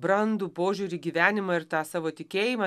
brandų požiūrį gyvenimą ir tą savo tikėjimą